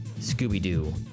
Scooby-Doo